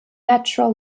natural